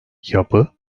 yapı